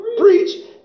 preach